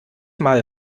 mal